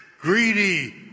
greedy